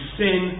sin